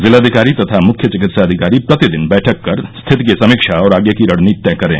जिलाधिकारी तथा मुख्य चिकित्सा अधिकारी प्रतिदिन बैठक कर स्थिति की समीक्षा और आगे की रणनीति तय करे